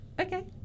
Okay